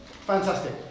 Fantastic